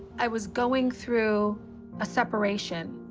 i was going through a separation.